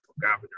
governor